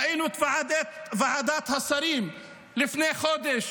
ראינו בוועדת השרים לפני חודש,